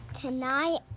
Tonight